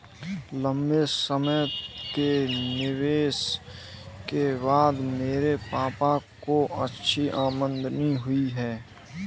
लंबे समय के निवेश के बाद मेरे पापा को अच्छी आमदनी हुई है